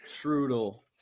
Trudel